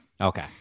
Okay